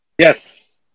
Yes